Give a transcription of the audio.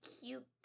cute